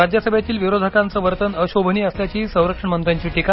राज्यसभेतील विरोधकांचं वर्तन अशोभनीय असल्याची संरक्षण मंत्र्यांची टीका